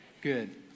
Good